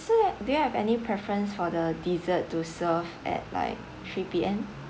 so do you have any preference for the dessert to serve at like three P_M